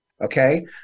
okay